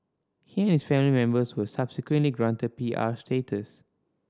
he and his family members were subsequently granted P R status